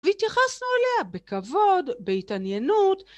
והתייחסנו אליה בכבוד, בהתעניינות.